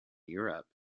europe